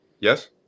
Yes